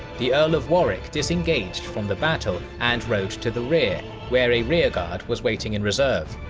the earl of warwick disengaged from the battle and rode to the rear, where a rearguard was waiting in reserve.